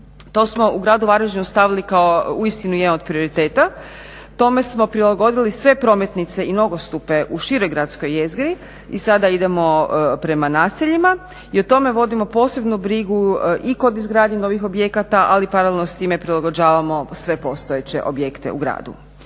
To smo u gradu Varaždinu stavili kao uistinu je od prioriteta, tome smo prilagodili sve prometnice i nogostupe u široj gradskoj jezgri i sada idemo prema naseljima i o tome vodimo posebnu brigu i kod izgradnje novih objekata ali paralelno s time prilagođavamo sve postojeće objekte u gradu.